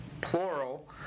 Plural